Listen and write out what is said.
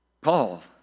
Paul